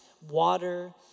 water